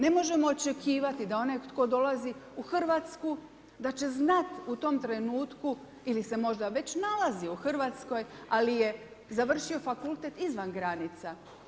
Ne možemo očekivati da onaj tko dolazi u Hrvatsku da će znati u tom trenutku ili se možda već nalazi u RH, ali je završio fakultet izvan granica.